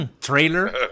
trailer